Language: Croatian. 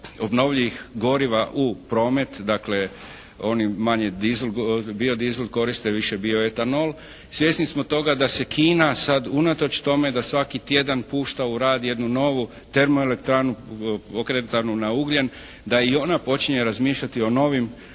obnovljivih goriva u promet. Dakle oni manje diesel, bio diesel koriste više bioetanol. Svjesni smo toga da se Kina sad unatoč tome da svaki tjedan pušta u rad jednu novu termoelektranu pokretanu na ugljen da i ona počinje razmišljati o novim,